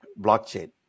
blockchain